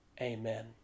Amen